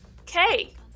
Okay